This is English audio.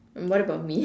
hmm what about me